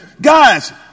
Guys